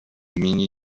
gminy